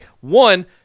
One